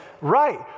right